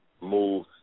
move